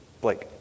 Blake